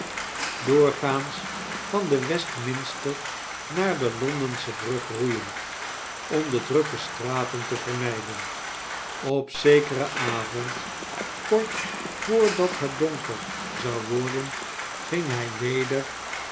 doorgaans van dewestmin s te r naar de londensche brug roeien om de drukke straten te vermijden op zekeren avond kort voordat het donker zou worden ging hij weder